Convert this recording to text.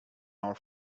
our